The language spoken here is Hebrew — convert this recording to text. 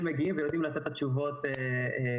מגיעים ויודעים לתת את התשובות שצריך.